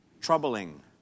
Troubling